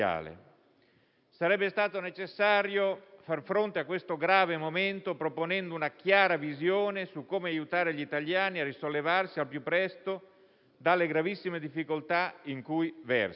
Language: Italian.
Sarebbe stato necessario far fronte a questo grave momento proponendo una chiara visione su come aiutare gli italiani a risollevarsi al più presto dalle gravissime difficoltà in cui versano.